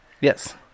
yes